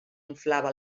inflava